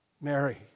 Mary